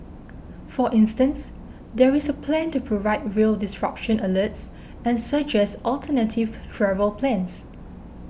for instance there is a plan to provide rail disruption alerts and suggest alternative travel plans